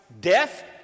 death